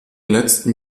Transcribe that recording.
letzten